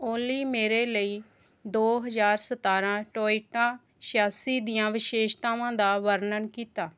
ਉਨਲੀ ਮੇਰੇ ਲਈ ਦੋ ਹਜ਼ਾਰ ਸਤਾਰਾਂ ਟੋਯੋਟਾ ਛਿਆਸੀ ਦੀਆਂ ਵਿਸ਼ੇਸ਼ਤਾਵਾਂ ਦਾ ਵਰਣਨ ਕੀਤਾ